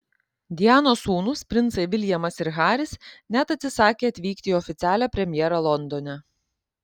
dianos sūnūs princai viljamas ir haris net atsisakė atvykti į oficialią premjerą londone